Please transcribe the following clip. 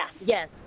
Yes